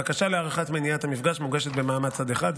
בקשה להארכת מניעת המפגש מוגשת במעמד צד אחד,